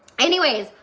anyways,